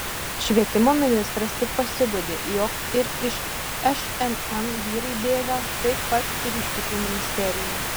švietimo ministras tik pasiguodė jog ir iš šmm vyrai bėga taip pat ir iš kitų ministerijų